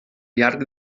llarg